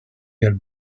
get